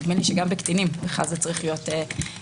ונדמה לי שגם בקטינים זה צריך להיות מוחלט.